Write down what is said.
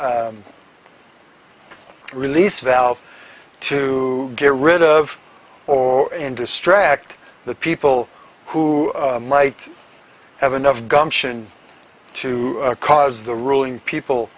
release valve to get rid of or and distract the people who might have enough gumption to cause the ruling people